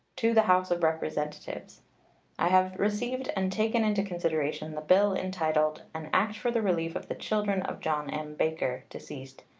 to the house of representatives i have received and taken into consideration the bill entitled an act for the relief of the children of john m. baker, deceased,